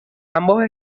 ambos